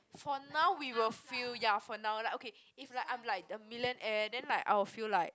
for now we will feel ya for now like okay if like I'm like the millionaire then like I will feel like